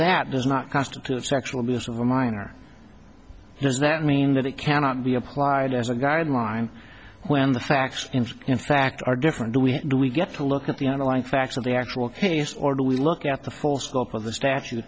that does not constitute sexual abuse of a minor does that mean that it cannot be applied as a guideline when the facts in fact are different do we do we get to look at the handling facts of the actual case or do we look at the full scope of the statu